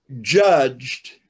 judged